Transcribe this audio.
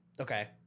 Okay